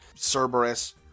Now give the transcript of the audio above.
Cerberus